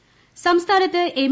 S സംസ്ഥാനത്ത് M